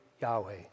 Yahweh